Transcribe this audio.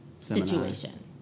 situation